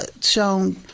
shown